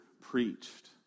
preached